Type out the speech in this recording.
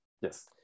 yes